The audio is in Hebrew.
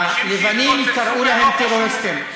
הלבנים קראו להם טרוריסטים,